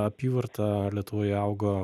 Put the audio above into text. apyvarta lietuvoje augo